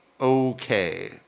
Okay